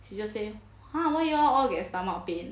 she just say !huh! why you'll get stomach pain